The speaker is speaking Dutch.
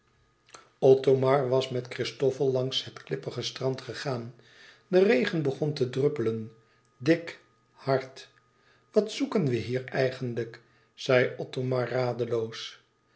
othomar was met christofel langs het klippige strand gegaan de regen begon te druppelen dik hard wat zoeken we hier eigenlijk zei othomar radeloos